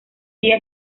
día